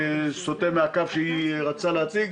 סוטה מהקו שהיא רצתה להציג,